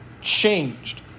changed